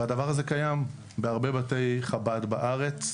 והדבר הזה קיים בהרבה בתי חב"ד בארץ.